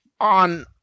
on